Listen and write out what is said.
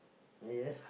yes